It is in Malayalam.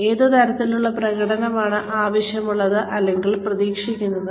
അതുപോലെ ഏത് തരത്തിലുള്ള പ്രകടനമാണ് ആവശ്യമുള്ളത് അല്ലെങ്കിൽ പ്രതീക്ഷിക്കുന്നത്